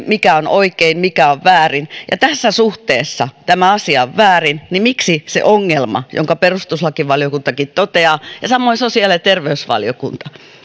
mikä on oikein mikä on väärin ja tässä suhteessa tämä asia on väärin niin miksi se ongelma jonka perustuslakivaliokuntakin toteaa ja samoin sosiaali ja terveysvaliokunta